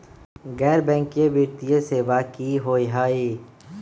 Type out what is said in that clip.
गैर बैकिंग वित्तीय सेवा की होअ हई?